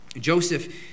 Joseph